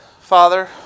Father